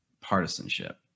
partisanship